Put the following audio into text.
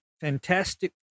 fantastic